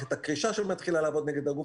מערכת הקרישה שמתחילה לעבוד נגד הגוף.